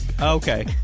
Okay